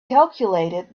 calculated